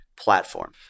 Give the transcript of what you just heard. platform